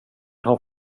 har